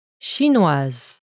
Chinoise